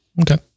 Okay